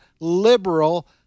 liberal